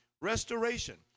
Restoration